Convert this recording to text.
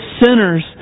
sinners